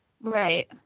Right